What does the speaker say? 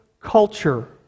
culture